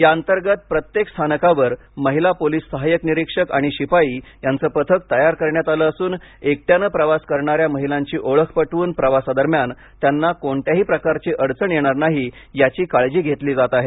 या अंतर्गत प्रत्येक स्थानकावर महिला पोलीस साहाय्यक निरीक्षक आणि शिपाई यांचे पथक तयार करण्यात आलं असून एकट्याने प्रवास करणाऱ्या महिलांची ओळख पटवून प्रवासादरम्यान त्यांना कोणत्याही प्रकारची अडचण येणार नाही याची काळजी घेतली जात आहे